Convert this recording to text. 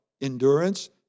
Endurance